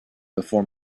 before